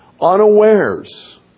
unawares